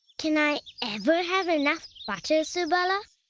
can i ever have enough butter, subala?